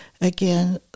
again